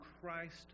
Christ